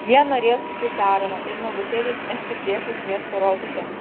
jie norėjo sučiupti aaroną ir nuogutėlį išmesti priešais miesto rotušę